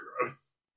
gross